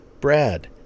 Brad